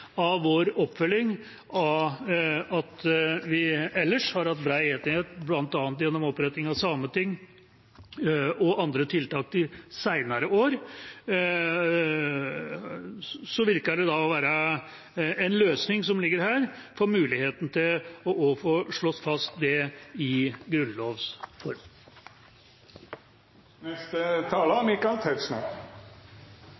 av vår oppfølging av at vi ellers har hatt bred enighet, bl.a. gjennom oppretting av Sametinget og andre tiltak de senere år. Da virker det å være en løsning som ligger her for muligheten til også å få slått fast det i grunnlovs